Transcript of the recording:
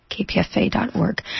KPFA.org